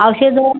औषधं